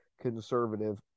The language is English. conservative